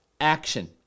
action